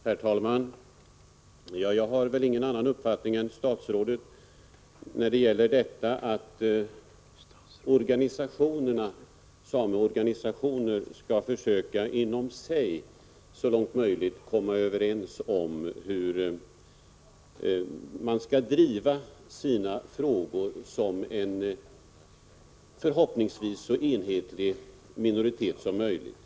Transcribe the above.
Herr talman! Jag har ingen annan uppfattning än statsrådet när det gäller att sameorganisationerna skall försöka att inom sig så långt möjligt komma överens om hur de skall driva sina frågor såsom en förhoppningsvis så enhetlig minoritet som möjigt.